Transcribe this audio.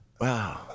wow